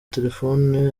telefoni